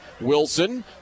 Wilson